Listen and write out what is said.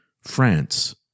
France